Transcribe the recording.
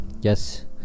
yes